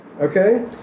Okay